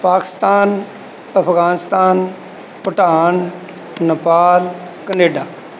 Pakistan Afghanistan Bhutan Nepal Canada